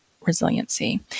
resiliency